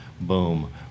boom